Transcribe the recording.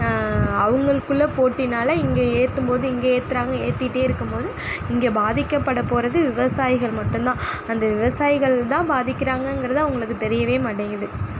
அவங்களுக்குள்ள போட்டினால் இங்கே ஏற்றும்போது இங்கே ஏற்றுறாங்க ஏற்றிட்டே இருக்கும்போது இங்கே பாதிக்கப்படப்போறது விவசாயிகள் மட்டும் தான் அந்த விவசாயிகள் தான் பாதிக்குறாங்கங்கிறது அவங்களுக்கு தெரியவே மாட்டேங்குது